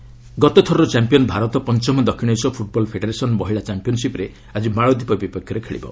ସାଫ୍ ଗତଥରର ଚାମ୍ପିୟନ୍ ଭାରତ ପଞ୍ଚମ ଦକ୍ଷିଣ ଏସୀୟ ଫ୍ଟ୍ବଲ୍ ଫେଡେରେସନ୍ ମହିଳା ଚାମ୍ପିୟନ୍ସିପ୍ରେ ଆଜି ମାଳଦ୍ୱୀପ ବିପକ୍ଷରେ ଖେଳିବ